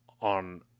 on